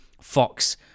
Fox